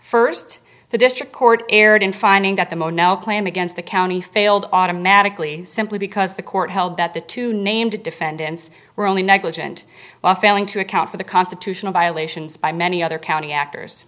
first the district court erred in finding that the mono claim against the county failed automatically simply because the court held that the two named defendants were only negligent off failing to account for the constitutional violations by many other county actors